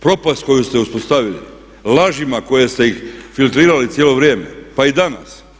Propast koju ste uspostavili, lažima koje ste ih filtrirali cijelo vrijeme pa i danas.